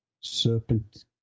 Serpent